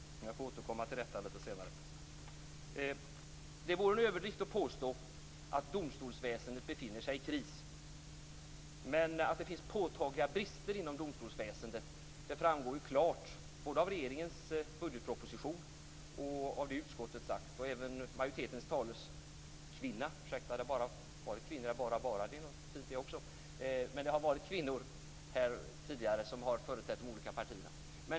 Jag får återkomma till detta lite senare. Det vore en överdrift att påstå att domstolsväsendet befinner sig i kris. Men att det finns påtagliga brister inom domstolsväsendet framgår ju klart både av regeringens budgetproposition och av det som utskottet sagt. Det gäller också utskottets "taleskvinna". Det har ju bara varit kvinnor här - bara och bara förresten, det är nog fint det också - som har företrätt de olika partierna.